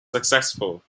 successful